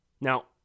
Now